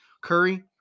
Curry